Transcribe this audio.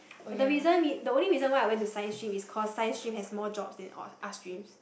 the reason we the only reason why I went to science scream is cause science stream has more jobs than arts stream